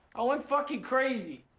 i went fucking crazy.